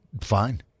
fine